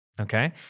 Okay